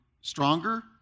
stronger